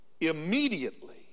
immediately